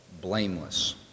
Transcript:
blameless